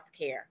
healthcare